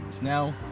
Now